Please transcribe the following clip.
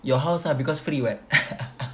your house lah because free [what]